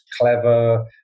clever